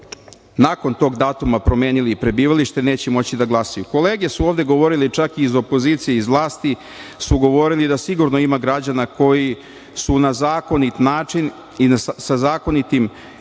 nakon tog datuma promenili prebivalište, neće moći da glasaju. Kolege su ovde govorile, čak i iz opozicije, iz vlasti, su govorili da sigurno ima građana koji su na zakonit način i sa zakonitim